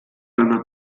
deiner